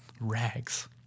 rags